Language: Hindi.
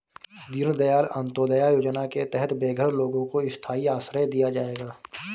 दीन दयाल अंत्योदया योजना के तहत बेघर लोगों को स्थाई आश्रय दिया जाएगा